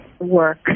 work